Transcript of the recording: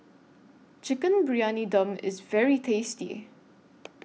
Chicken Briyani Dum IS very tasty